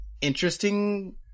Interesting